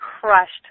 crushed